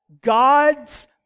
God's